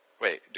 Wait